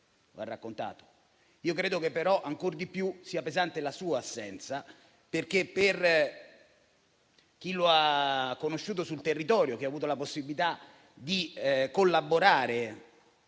io credo che ancor di più sia pesante la sua assenza. Per chi lo ha conosciuto sul territorio e ha avuto la possibilità di collaborare